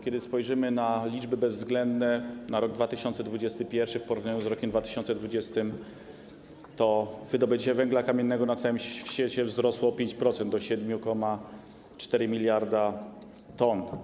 Kiedy spojrzymy na liczby bezwzględne na rok 2021 w porównaniu z rokiem 2020, to wydobycie węgla kamiennego na całym świecie wzrosło o 5%, do 7,4 mld t.